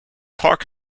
clark